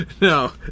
No